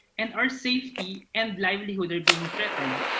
and our safety and livelihood are being threatened.